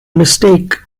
mistake